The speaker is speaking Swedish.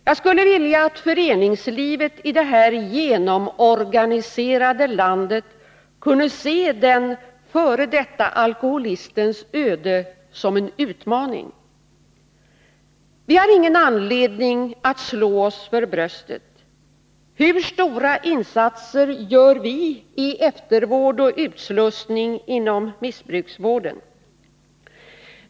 Jag skulle vilja att föreningslivet i det här genomorganiserade landet kunde se den f. d. alkoholistens öde som en utmaning. Vi har ingen anledning att slå oss för bröstet. Hur stora insatser gör vi i eftervård och utslussning inom missbruksvården?